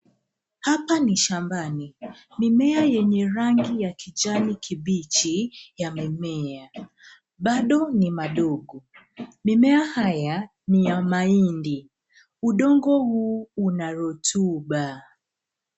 Hapa ni shambani. Mimea yenye rangi ya kijani kibichi yamemea. Bado ni madogo. Mimea haya ni ya mahindi. Udongo huu una rutuba.